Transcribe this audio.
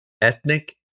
ethnic